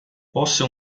fosse